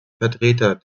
vertreter